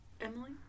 Emily